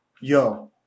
Yo